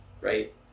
right